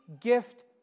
gift